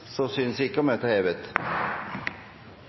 Så synes ikke. Møtet er hevet.